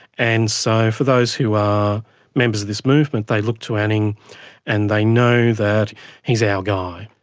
and so for those who are members of this movement, they look to anning and they know that he's our guy.